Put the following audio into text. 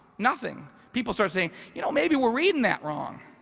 nothing. people start saying, you know maybe we're reading that wrong.